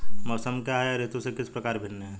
मौसम क्या है यह ऋतु से किस प्रकार भिन्न है?